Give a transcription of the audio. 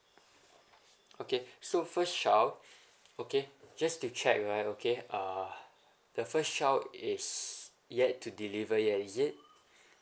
okay so first child okay just to check right okay uh the first child is yet to deliver yet is it